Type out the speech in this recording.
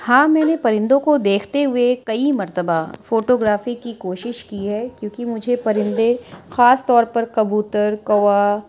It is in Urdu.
ہاں میں نے پرندوں کو دیکھتے ہوئے کئی مرتبہ فوٹوگرافی کی کوشش کی ہے کیوں کہ مجھے پرندے خاص طور پر کبوتر کوا